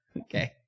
Okay